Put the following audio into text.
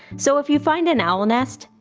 so if you find an owl nest,